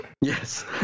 Yes